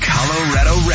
Colorado